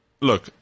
look